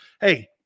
Hey